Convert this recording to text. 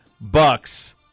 Bucks